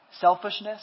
Selfishness